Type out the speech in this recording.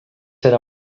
yra